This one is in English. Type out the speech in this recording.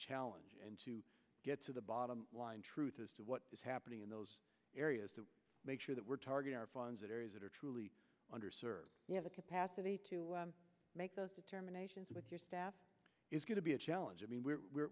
challenge and to get to the bottom line truth as to what is happening in those areas to make sure that we're targeting our funds that are truly under served we have the capacity to make those determinations with your staff is going to be a challenge i mean we're